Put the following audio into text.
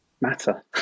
matter